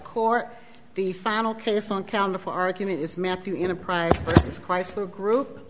court the final case on counter for argument is matthew enterprise this chrysler group